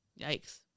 Yikes